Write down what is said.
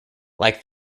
like